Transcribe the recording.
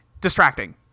distracting